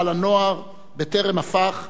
בטרם הפך העישון להתמכרות.